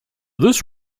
this